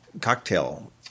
cocktail